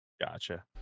Gotcha